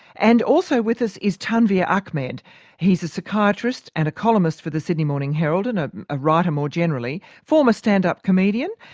and also with us is tanveer ahmed he's a psychiatrist and a columnist for the sydney morning herald and ah a writer more generally, former stand-up comedian,